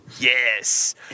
Yes